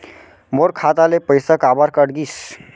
मोर खाता ले पइसा काबर कट गिस?